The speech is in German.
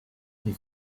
die